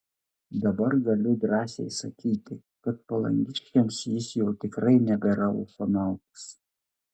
dabar galiu drąsiai sakyti kad palangiškiams jis jau tikrai nebėra ufonautas